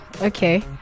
Okay